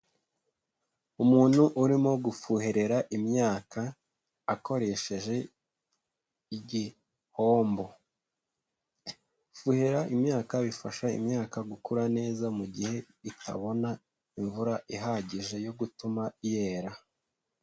Umuntu urimo gufuherera imyaka akoresheje igihombo, gufuherera imyaka bifasha imyaka gukura neza mu gihe itabona imvura ihagije yo gutuma yera.